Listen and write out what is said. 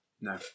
No